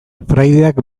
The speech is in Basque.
fraideak